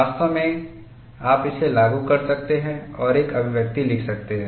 वास्तव में आप इसे लागू कर सकते हैं और एक अभिव्यक्ति लिख सकते हैं